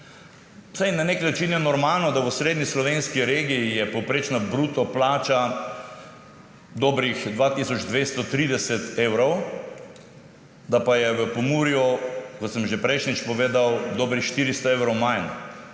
Saj na nek način je normalno, da je v osrednji slovenski regiji povprečna bruto plača dobrih 2 tisoč 230 evrov, da pa je v Pomurju, kot sem že prejšnjič povedal, dobrih 400 evrov manj,